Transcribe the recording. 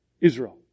Israel